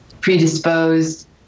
predisposed